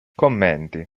commenti